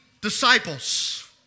disciples